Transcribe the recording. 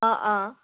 অঁ অঁ